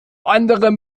anderem